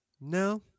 No